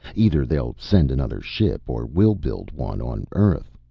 either they'll send another ship or we'll build one on earth.